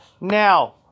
now